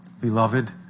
Beloved